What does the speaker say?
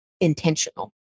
intentional